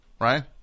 right